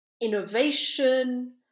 innovation